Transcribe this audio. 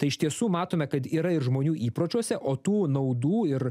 tai iš tiesų matome kad yra ir žmonių įpročiuose o tų naudų ir